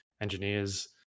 engineers